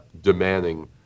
demanding